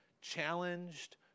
challenged